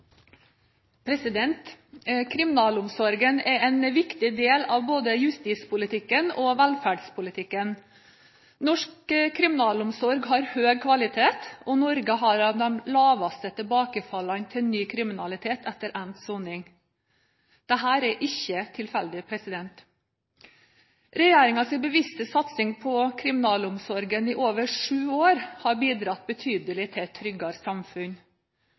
en viktig del av både justispolitikken og velferdspolitikken. Norsk kriminalomsorg har høy kvalitet, og Norge har blant de laveste tilbakefallene til ny kriminalitet etter endt soning. Dette er ikke tilfeldig. Regjeringens bevisste satsing på kriminalomsorgen i over sju år har bidratt betydelig til et tryggere samfunn.